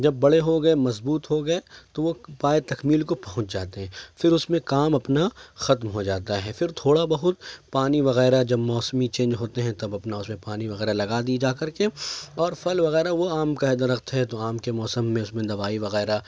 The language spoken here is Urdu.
جب بڑے ہو گئے مضبوط ہو گئے تو وہ پایۂِ تكمیل كو پہنچ جاتے ہیں پھر اس میں کام اپنا ختم ہو جاتا ہے پھر تھوڑا بہت پانی وغیرہ جب موسمی چینج ہوتے ہیں تب اس میں پانی وغیرہ لگا دیئے جا کر کے اور پھل وغیرہ وہ آم کا ہے درخت ہے تو آم کے موسم میں اس میں دوائی وغیرہ